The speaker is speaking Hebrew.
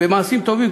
במעשים טובים,